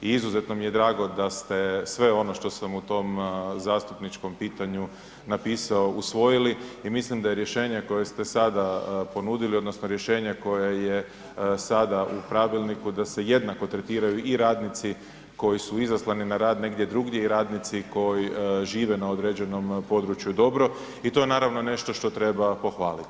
I izuzetno mi je drago da ste sve ono što sam u tom zastupničkom pitanju napisao usvojili i mislim da je rješenje koje ste sada ponudili odnosno rješenje koje je sada u pravilniku da se jednako tretiraju i radnici koji su izaslani na rad negdje drugdje i radnici koji žive na određenom području dobro i to je naravno nešto što treba pohvaliti.